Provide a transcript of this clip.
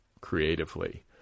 creatively